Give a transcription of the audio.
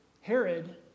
Herod